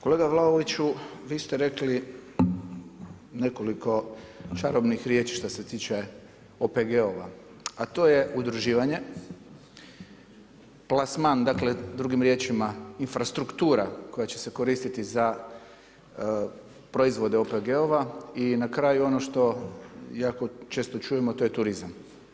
Kolega Vlaoviću vi ste rekli nekoliko čarobnih riječi što se tiče OPG-ova, a to je udruživanje, plasman dakle drugim riječima infrastruktura koja će se koristiti za proizvode OPG-ova i na kraju ono što jako često čujemo to je turizam.